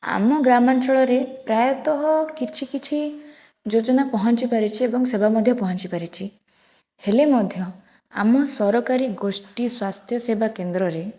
ଆମ ଗ୍ରାମାଞ୍ଚଳରେ ପ୍ରାୟତଃ କିଛି କିଛି ଯୋଜନା ପହଞ୍ଚିପାରିଛି ଏବଂ ସେବା ମଧ୍ୟ ପହଁଞ୍ଚିପାରିଛି ହେଲେ ମଧ୍ୟ ଆମ ସରକାରୀ ଗୋଷ୍ଟି ସ୍ୱାସ୍ଥ୍ୟସେବା କେନ୍ଦ୍ରରେ